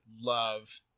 love